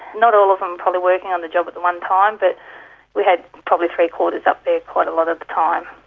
not all of them probably working on the job at the one time, but we had probably three-quarters up there quite a lot of the time.